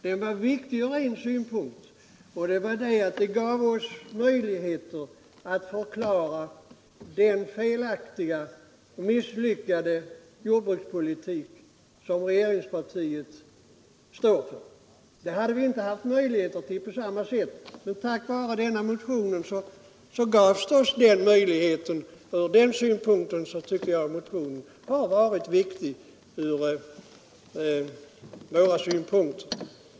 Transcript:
Den var emellertid viktig ur en synpunkt: den gav oss möjlighet att förklara den i vissa avseenden felaktiga och misslyckade jordbrukspolitik som regeringspartiet står för. Det hade vi annars inte haft möjlighet att göra på samma sätt, men motionen gav oss alltså den möjligheten, och från den synpunkten tycker jag att motionen har varit viktig för oss.